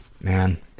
Man